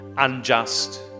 unjust